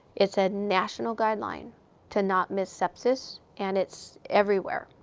it's a national guideline to not miss sepsis, and it's everywhere.